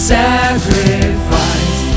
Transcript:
sacrifice